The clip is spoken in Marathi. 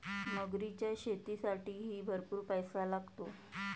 मगरीच्या शेतीसाठीही भरपूर पैसा लागतो